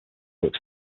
were